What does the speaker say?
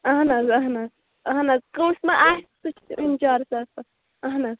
اہن حظ اہن حظ اہن حظ کٲنٛسہِ ما آسہِ سُہ چھُ انچارٕج آسان اہن حظ